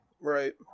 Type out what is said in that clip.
Right